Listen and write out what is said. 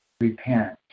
Repent